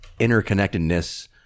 interconnectedness